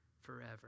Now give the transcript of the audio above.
forever